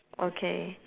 okay